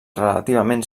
relativament